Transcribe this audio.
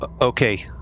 Okay